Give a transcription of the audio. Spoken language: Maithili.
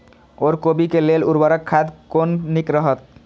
ओर कोबी के लेल उर्वरक खाद कोन नीक रहैत?